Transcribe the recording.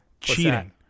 Cheating